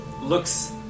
looks